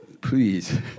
Please